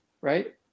right